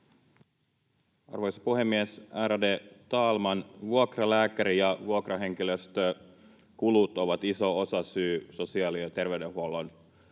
Arvoisa puhemies, ärade talman! Vuokralääkäri- ja vuokrahenkilöstökulut ovat iso osasyy sosiaali- ja terveydenhuollon